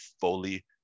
fully